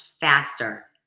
faster